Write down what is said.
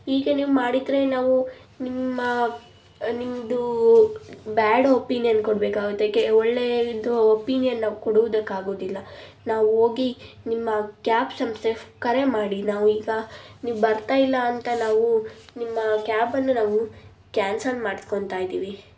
ಹೀಗೆ ಮಾಡಿದರೆ ನಾವು ನಿಮ್ಮ ನಿಮ್ಮದು ಬ್ಯಾಡ್ ಒಪೀನಿಯನ್ ಕೊಡಬೇಕಾಗುತ್ತೆ ಕೆ ಒಳ್ಳೆದು ಒಪೀನಿಯನ್ ನಾವು ಕೊಡುವುದಕ್ಕಾಗೋದಿಲ್ಲ ನಾವು ಹೋಗಿ ನಿಮ್ಮ ಕ್ಯಾಬ್ ಸಂಸ್ಥೆಗೆ ಕರೆಮಾಡಿ ನಾವು ಈಗ ನೀವು ಬರ್ತಾ ಇಲ್ಲ ಅಂತ ನಾವು ನಿಮ್ಮ ಕ್ಯಾಬನ್ನು ನಾವು ಕ್ಯಾನ್ಸಲ್ ಮಾಡ್ಕೋತಾ ಇದ್ದೀವಿ